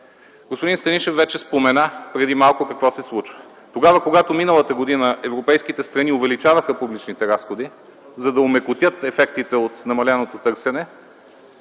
Господин Станишев спомена преди малко какво се случва. Когато миналата година европейските страни увеличаваха публичните разходи, за да намалят ефектите от намаленото търсене,